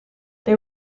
they